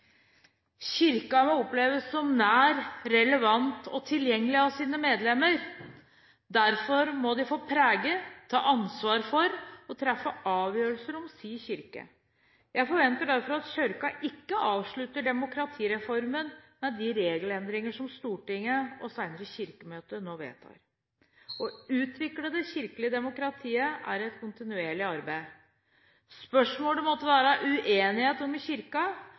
Kirken må oppleves som nær, relevant og tilgjengelig av sine medlemmer. Derfor må de få prege, ta ansvar for og treffe avgjørelser om sin kirke. Jeg forventer derfor at Kirken ikke avslutter demokratireformen med de regelendringene som Stortinget og, senere, Kirkemøtet nå vedtar. Å utvikle det kirkelige demokratiet er et kontinuerlig arbeid. Spørsmål det måtte være uenighet om i